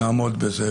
נעמוד בזה,